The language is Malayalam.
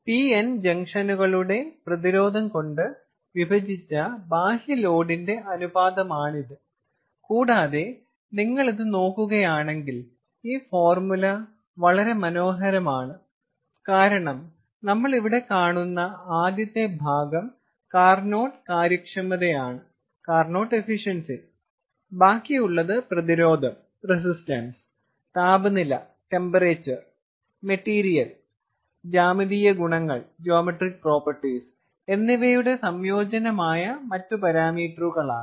P N ജംഗ്ഷനുകളുടെ പ്രതിരോധം കൊണ്ട് വിഭജിച്ച ബാഹ്യ ലോഡിന്റെ അനുപാതമാണിത് കൂടാതെ നിങ്ങൾ ഇത് നോക്കുകയാണെങ്കിൽ ഈ ഫോർമുല വളരെ മനോഹരമാണ് കാരണം നമ്മൾ ഇവിടെ കാണുന്ന ആദ്യത്തെ ഭാഗം കാർനോട്ട് കാര്യക്ഷമതയാണ് ബാക്കിയുള്ളത് പ്രതിരോധം താപനില മെറ്റീരിയൽ ജ്യാമിതീയ ഗുണങ്ങൾ എന്നിവയുടെ സംയോജനമായ മറ്റ് പാരാമീറ്ററുകളാണ്